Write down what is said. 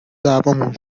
دعوامون